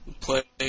Play